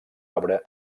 arbre